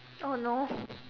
oh no